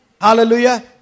Hallelujah